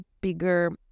bigger